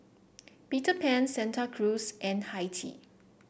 Peter Pan Santa Cruz and Hi Tea